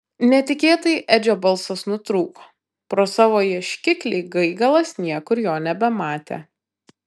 netikėtai edžio balsas nutrūko pro savo ieškiklį gaigalas niekur jo nebematė